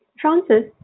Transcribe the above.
Francis